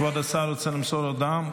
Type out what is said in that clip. כבוד השר רוצה למסור הודעה?